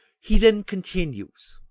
he then continues